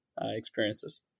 experiences